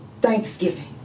Thanksgiving